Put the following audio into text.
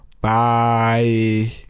bye